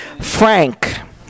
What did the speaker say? Frank